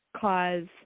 cause